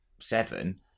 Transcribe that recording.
seven